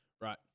Right